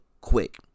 quick